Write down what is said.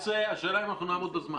השאלה היא אם אנחנו נעמוד בזמנים.